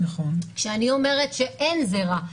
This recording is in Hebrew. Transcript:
כשאני אומר שאין זרע,